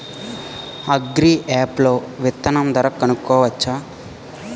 Agri app లో విత్తనం ధర కనుకోవచ్చా?